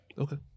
Okay